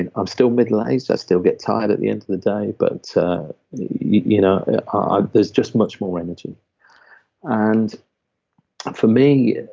and i'm still middle aged, i still get tired at the end of the day, but you know ah there's just much more energy and for me,